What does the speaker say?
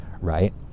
right